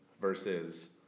versus